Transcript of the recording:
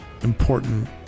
important